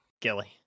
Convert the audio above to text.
Gilly